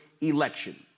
election